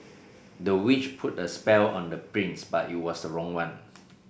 the witch put a spell on the prince but it was wrong one